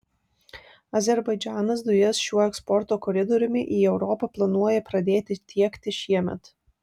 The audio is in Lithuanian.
azerbaidžanas dujas šiuo eksporto koridoriumi į europą planuoja pradėti tiekti šiemet